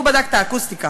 הוא בדק את האקוסטיקה.